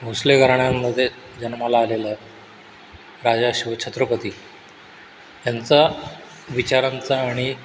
भोसले घराण्यांमधे जन्माला आलेलं राजा शिव छत्रपती ह्यांचा विचारांचा आणि